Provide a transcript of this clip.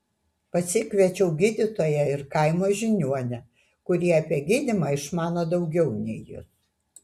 pasikviečiau gydytoją ir kaimo žiniuonę kuri apie gydymą išmano daugiau nei jis